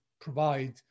provide